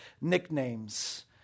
nicknames